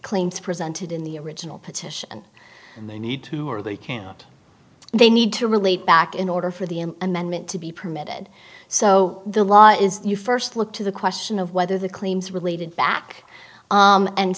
claims presented in the original petition and they need to or they can't they need to relate back in order for the an amendment to be permitted so the law is you first look to the question of whether the claims related back